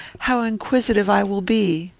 how inquisitive, i will be.